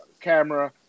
camera